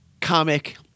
comic